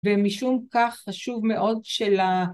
ומשום כך חשוב מאוד של